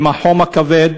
עם החום הכבד,